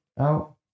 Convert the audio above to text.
out